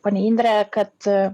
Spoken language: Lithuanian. ponia indrė kad